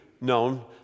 known